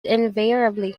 invariably